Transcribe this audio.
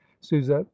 suzette